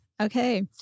Okay